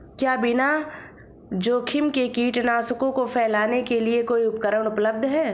क्या बिना जोखिम के कीटनाशकों को फैलाने के लिए कोई उपकरण उपलब्ध है?